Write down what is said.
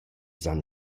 s’han